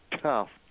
tough